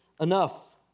enough